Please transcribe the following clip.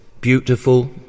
Beautiful